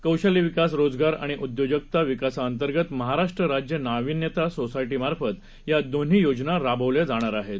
कौशल्यविकास रोजगारआणिउद्योजकताविभागांतर्गतमहाराष्ट्राज्यनाविन्यतासोसायटीमार्फतयादोन्हीयोजनाराबवल्याजाणारआहेत